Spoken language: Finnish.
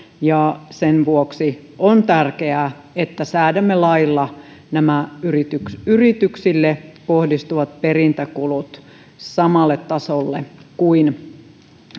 ja sen vuoksi on tärkeää että säädämme lailla nämä yrityksille yrityksille kohdistuvat perintäkulut samalle tasolle kuin